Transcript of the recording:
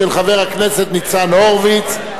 של חבר הכנסת ניצן הורוביץ,